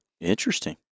Interesting